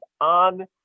on